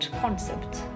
concept